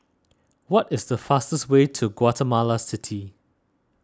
what is the fastest way to Guatemala City